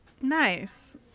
Nice